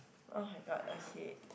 oh-my-god okay